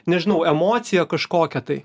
nežinau emociją kažkokią tai